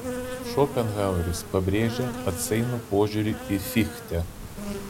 šopenhaueris pabrėžia atsainų požiūrį į fichtę